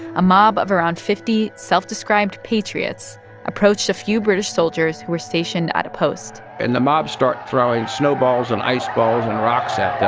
a mob of around fifty self-described patriots approached a few british soldiers who were stationed at a post and the mobs start throwing snowballs and ice balls and rocks at them